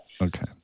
Okay